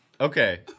okay